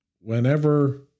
Whenever